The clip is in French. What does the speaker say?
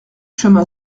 chemin